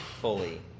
fully